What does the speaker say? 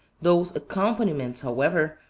those accompaniments, however,